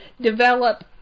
develop